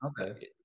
okay